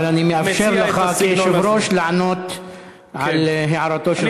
אבל אני מאפשר לך כיושב-ראש לענות על הערתו של